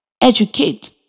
Educate